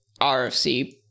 RFC